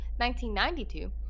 1992